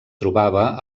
trobava